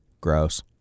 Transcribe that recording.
Gross